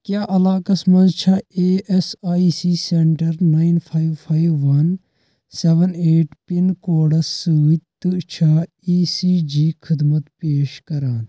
کیٛاہ علاقس منٛز چھا A S I C centre nine five five one seven eight pin codes سۭتۍ تہٕ چھا ای سی جی خدمت پیش کران